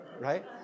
right